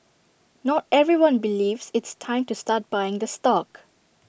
not everyone believes it's time to start buying the stock